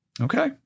Okay